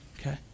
okay